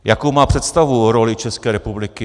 Jakou má představu o roli České republiky?